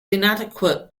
inadequate